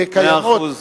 מאה אחוז.